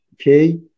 okay